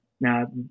Now